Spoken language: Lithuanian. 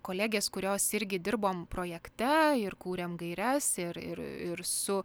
kolegės kurios irgi dirbom projekte ir kūrėm gaires ir ir ir su